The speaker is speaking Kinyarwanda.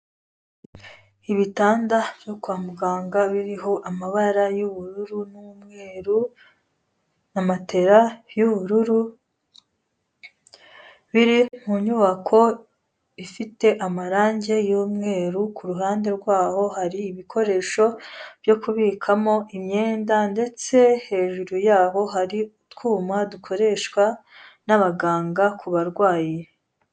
Ibitanda byo kwa muganga biriho amabara y'ubururu n'umweru na matera y'ubururu, biri mu nyubako ifite amarangi y'umweru, ku ruhande rwaho hari ibikoresho byo kubikamo imyenda ndetse hejuru yaho hari utwuma dukoreshwa n'abaganga ku barwayi.